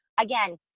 again